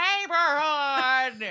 neighborhood